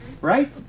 Right